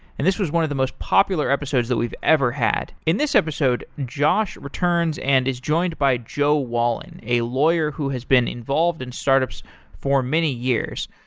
and this was one of the most popular episodes that we've ever had. in this episode, josh returns and is joined by joe wallin, a lawyer who has been involved in startups for many years.